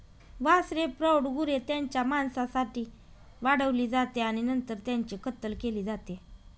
वासरे प्रौढ गुरे त्यांच्या मांसासाठी वाढवली जाते आणि नंतर त्यांची कत्तल केली जाते